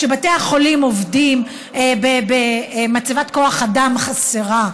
כשבתי החולים עובדים במצבת כוח אדם חסרה.